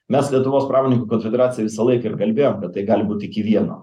mes lietuvos pramoninkų konfederacija visą laiką ir kalbėjom apie tai gali būt iki vieno